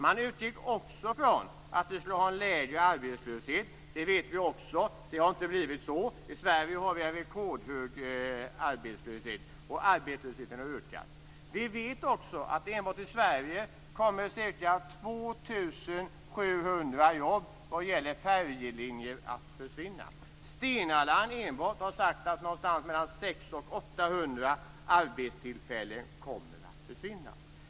Man utgick också från att vi skulle ha en lägre arbetslöshet. Vi vet att det inte har blivit så. I Sverige har vi en rekordhög arbetslöshet, och arbetslösheten har ökat. Vi vet också att enbart i Sverige kommer ca 2 700 jobb vad gäller färjelinjer att försvinna. Enbart Stena Line har sagt att någonstans mellan 600 och 800 arbetstillfällen kommer att försvinna.